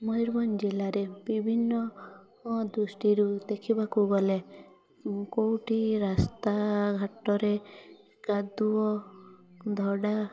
ମୟୁରଭଞ୍ଜ ଜିଲ୍ଲାରେ ବିଭିନ୍ନ ଦୃଷ୍ଟିରୁ ଦେଖିବାକୁ ଗଲେ କେଉଁଠି ରାସ୍ତା ଘାଟରେ କାଦୁଅ ଧଡ଼ା